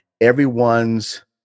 everyone's